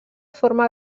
forma